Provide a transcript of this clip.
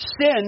Sin